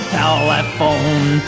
telephone